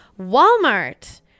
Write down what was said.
Walmart